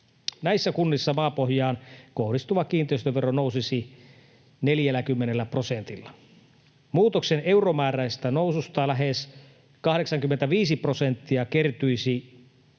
Näissä kunnissa maapohjaan kohdistuva kiinteistövero nousisi 40 prosentilla. Muutoksen euromääräisestä noususta lähes 85 prosenttia kertyisi 15 kunnassa.